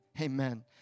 Amen